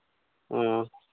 ᱦᱮᱸ